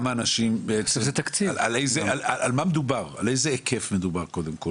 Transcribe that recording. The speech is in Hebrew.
באיזה היקף מדובר.